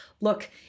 look